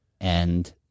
and-